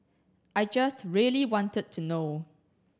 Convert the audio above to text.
I just really wanted to know